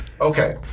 Okay